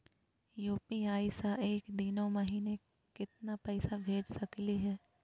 UPI स एक दिनो महिना केतना पैसा भेज सकली हे?